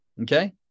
Okay